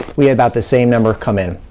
we had about the same number come in.